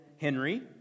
Henry